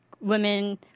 women